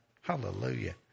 Hallelujah